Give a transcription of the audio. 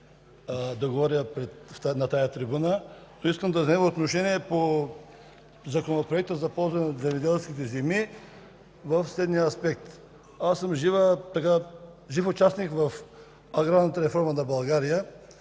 да говоря от тази трибуна. Искам да взема отношение по Законопроекта за ползване на земеделските земи в следния аспект. Аз съм жив участник в аграрната реформа на България